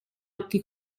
occhi